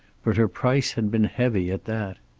but her price had been heavy at that.